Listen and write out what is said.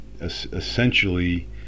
essentially